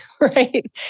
right